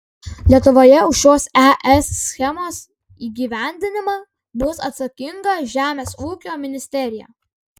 lietuvoje už šios es schemos įgyvendinimą bus atsakinga žemės ūkio ministerija